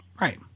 right